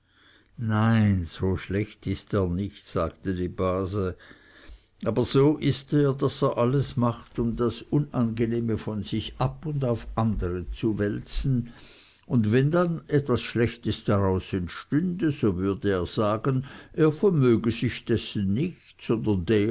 nein so schlecht ist er nicht sagte die base aber so ist er daß er alles macht um das unangenehme von sich ab und auf andere zu wälzen und wenn dann was schlechtes daraus entstünde so würde er sagen er vermöge sich dessen nicht sondern